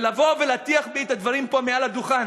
לבוא ולהטיח בי את הדברים פה מעל הדוכן